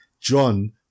John